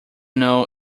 know